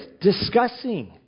discussing